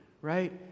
right